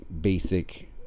basic